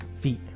feet